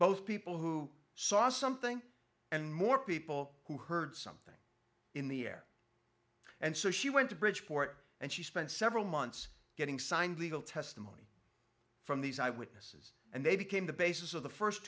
both people who saw something and more people who heard something in the air and so she went to bridgeport and she spent several months getting signed legal testimony from these eyewitnesses and they became the basis of the first